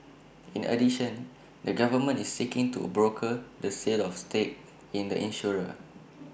in addition the government is seeking to broker the sale of stake in the insurer